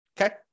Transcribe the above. okay